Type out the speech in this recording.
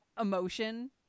emotion